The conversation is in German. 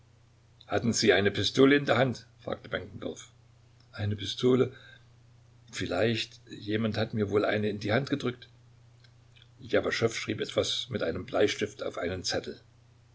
hatten sie eine pistole in der hand fragte benkendorf eine pistole vielleicht jemand hat mir wohl eine in die hand gedrückt ljewaschow schrieb etwas mit einem bleistift auf einen zettel